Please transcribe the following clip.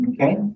okay